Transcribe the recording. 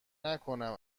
نکنم